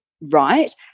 right